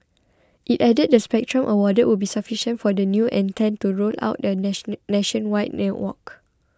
it added the spectrum awarded would be sufficient for the new entrant to roll out a nationwide network